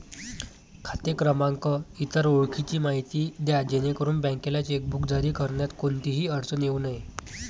खाते क्रमांक, इतर ओळखीची माहिती द्या जेणेकरून बँकेला चेकबुक जारी करण्यात कोणतीही अडचण येऊ नये